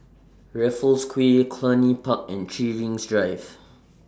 Raffles Quay Cluny Park and three Rings Drive